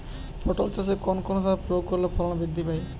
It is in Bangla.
পটল চাষে কোন কোন সার প্রয়োগ করলে ফলন বৃদ্ধি পায়?